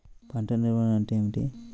పంట నిర్వాహణ అంటే ఏమిటి?